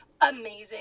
amazing